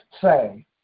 say